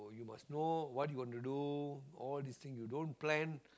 you must know what you want to do all this thing you don't plan